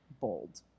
Bold